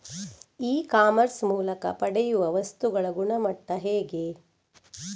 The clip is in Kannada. ಇ ಕಾಮರ್ಸ್ ಮೂಲಕ ಪಡೆಯುವ ವಸ್ತುಗಳ ಗುಣಮಟ್ಟ ಹೇಗೆ?